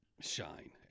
shine